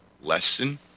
Lesson